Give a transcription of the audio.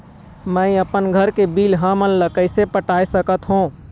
मैं अपन घर के बिल हमन ला कैसे पटाए सकत हो?